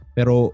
Pero